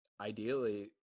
ideally